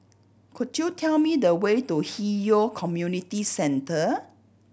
could you tell me the way to Hwi Yoh Community Centre